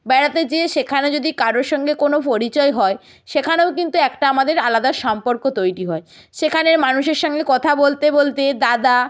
বেড়াতে যেয়ে সেখানে যদি কারোর সঙ্গে কোনো পরিচয় হয় সেখানেও কিন্তু একটা আমাদের আলাদা সম্পর্ক তৈরি হয় সেখানে মানুষের সঙ্গে কথা বলতে বলতে দাদা